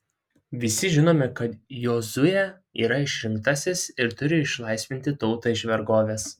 visi žinome kad jozuė yra išrinktasis ir turi išlaisvinti tautą iš vergovės